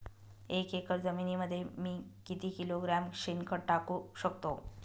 एक एकर जमिनीमध्ये मी किती किलोग्रॅम शेणखत टाकू शकतो?